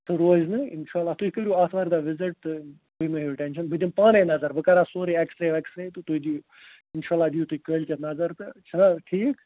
سُہ روزِ نہٕ اِنشاءاللہ تُہۍ کٔرِو آتھوار دۅہ وِزِٹ تہٕ بیٚیہِ مہٕ ہیٚیِو ٹٮ۪نشَن بہٕ دِمہٕ پانٕے نظر بہٕ کَرٕ اَتھ سورُے اٮ۪کٕسرے وٮ۪کٕسرے تہٕ تُہۍ دِیِو اِنشاءاللہ دِیِو تُہۍ کٲلۍکٮ۪تھ نظر تہٕ چھِنا ٹھیٖک